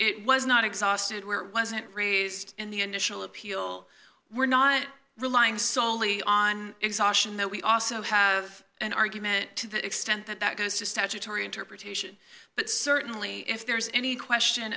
it was not exhausted where wasn't raised in the initial appeal we're not relying solely on exhaustion though we also have an argument to the extent that that goes to statutory interpretation but certainly if there's any question